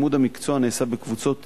לימוד המקצוע נעשה בקבוצות